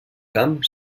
camp